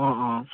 অঁ অঁ